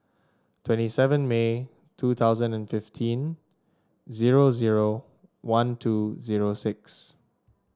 twenty seven May two thousand and fifteen zero zero one two zero six